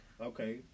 Okay